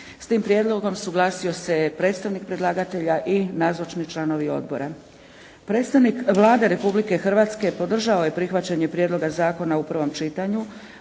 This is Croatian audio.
S tim prijedlogom suglasio se predstavnik predlagatelja i nazočni članovi Odbora. Predstavnik Vlade Republike Hrvatske podržao je prihvaćanje prijedloga zakona u prvom čitanju,